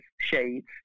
shades